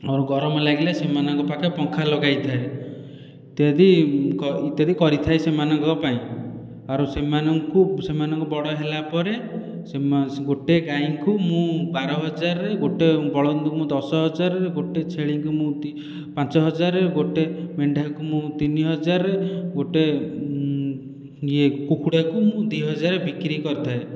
ଅର ଗରମ ଲାଗିଲେ ସେମାନଙ୍କ ପାଖେ ପଙ୍ଖା ଲଗାଇଥାଏ ଇତ୍ୟାଦି ଇତ୍ୟାଦି କରିଥାଏ ସେମାନଙ୍କ ପାଇଁ ଆର ସେମାନଙ୍କୁ ସେମାନଙ୍କୁ ବଡ଼ ହେଲା ପରେ ସେମା ଗୋଟିଏ ଗାଈଙ୍କୁ ମୁଁ ବାର ହଜାରରେ ଗୋଟିଏ ବଳଦକୁ ଦଶ ହଜାର ଗୋଟିଏ ଛେଳିଙ୍କୁ ମୁଁ ପାଞ୍ଚ ହଜାରରେ ଗୋଟିଏ ମେଣ୍ଢାକୁ ମୁଁ ତିନି ହଜାରରେ ଗୋଟିଏ ଇଏ କୁକୁଡ଼ାକୁ ମୁଁ ଦୁଇ ହଜାରରେ ବିକ୍ରି କରିଥାଏ